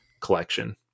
collection